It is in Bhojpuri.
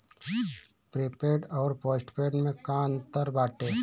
प्रीपेड अउर पोस्टपैड में का अंतर बाटे?